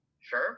Sure